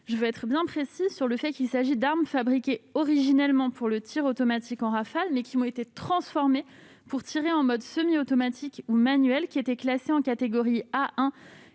Je le précise, il s'agit d'armes fabriquées originellement pour le tir automatique en rafales, puis qui ont été transformées pour tirer en mode semi-automatique ou manuel. Ces armes étaient classées en catégorie A1-